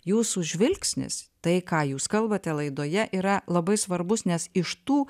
jūsų žvilgsnis tai ką jūs kalbate laidoje yra labai svarbus nes iš tų